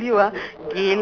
okay